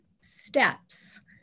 steps